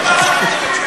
העניין?